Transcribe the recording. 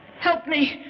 help me.